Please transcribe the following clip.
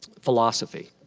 philosophy.